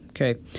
okay